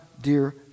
dear